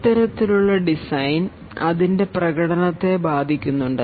ഇത്തരത്തിലുള്ള ഡിസൈൻ അതിൻറെ പ്രകടനത്തെ ബാധിക്കുന്നുണ്ട്